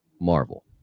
Marvel